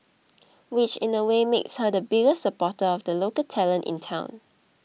which in a way makes her the biggest supporter of a local talent in town